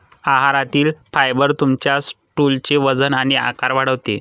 आहारातील फायबर तुमच्या स्टूलचे वजन आणि आकार वाढवते